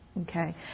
Okay